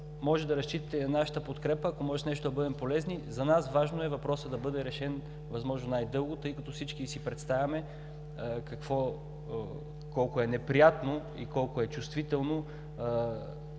може да разчитате на нашата подкрепа, ако можем с нещо да бъдем полезни. За нас е важно въпросът да бъде решен възможно най-бързо, тъй като всички си представяме колко е неприятно и колко е чувствително